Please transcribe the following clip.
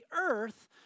earth